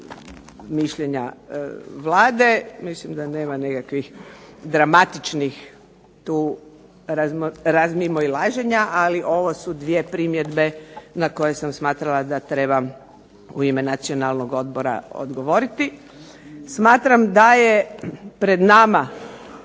mišljenja Vlade, mislim da nema nikakvih dramatičnih razmimoilaženja, ali ovo su dvije primjedbe na koje sam smatrala da trebam u ime Nacionalnog odbora odgovoriti. Smatram da je pred nama,